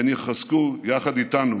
הן יחזקו יחד איתנו